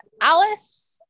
alice